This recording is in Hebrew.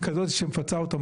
כדי להבין שמדינת ישראל,